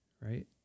right